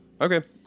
Okay